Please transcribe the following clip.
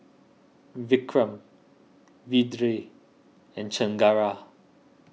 Vikram Vedre and Chengara